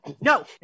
No